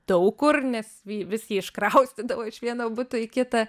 daug kur nes vis jį iškraustydavo iš vieno buto į kitą